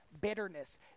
bitterness